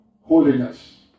Holiness